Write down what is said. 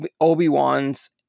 obi-wan's